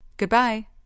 Goodbye